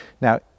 now